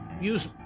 use